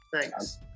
thanks